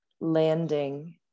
landing